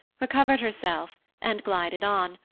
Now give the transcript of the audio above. recovered herself, and glided on,